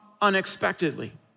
unexpectedly